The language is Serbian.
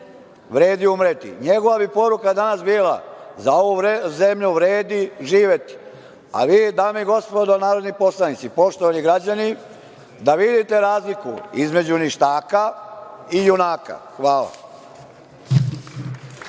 vredi umreti“, njegova bi poruka danas bila: „Za ovu zemlju vredi živeti“, a vi, dame i gospodo, narodni poslanici, poštovani građani, da vidite razliku između ništaka i junaka. Hvala.